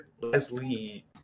Leslie